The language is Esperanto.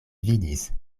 vidis